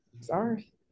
sorry